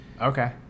Okay